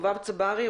חובב צברי,